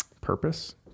purpose